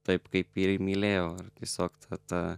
taip kaip jį ir mylėjau ir tiesiog ta ta